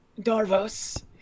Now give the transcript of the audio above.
Darvos